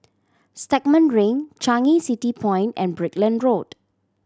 Stagmont Ring Changi City Point and Brickland Road